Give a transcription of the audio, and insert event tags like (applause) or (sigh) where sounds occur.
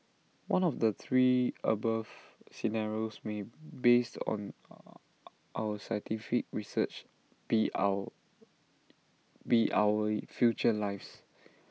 one of the three above scenarios may based on (noise) our scientific research be our be our future lives